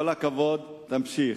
כל הכבוד, תמשיך.